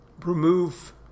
remove